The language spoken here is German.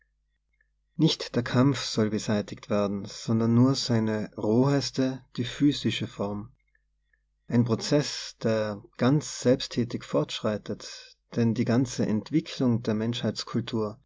nicht der kampf soll beseitigt werden sondern nur seine roheste die physische form ein prozeß der ganz selbsttätig fortschreitet denn die ganze entwicklung der